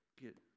get